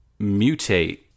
mutate